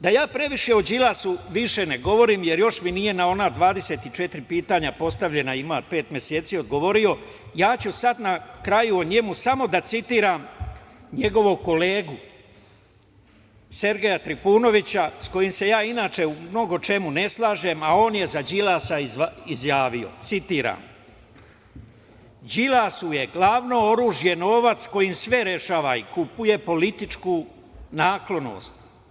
Da ja previše o Đilasu više ne govorim, jer još mi nije na ona 24 pitanja, postavljena ima pet meseci, odgovorio, ja ću sad na kraju o njemu samo da citiram njegovog kolegu Sergeja Trifunovića, sa kojim se ja inače u mnogo čemu ne slažem, a on je za Đilasa izjavio, citira: „Đilasu je glavno oružje novac kojim sve rešava i kupuje, i političku naklonost.